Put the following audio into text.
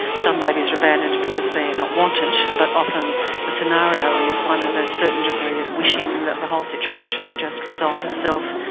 some babies are abandoned because they are not wanted but often the scenario is one of a certain degree of wishing that the whole situation would just resolve itself.